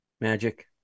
magic